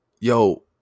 yo